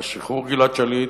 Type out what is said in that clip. על שחרור גלעד שליט,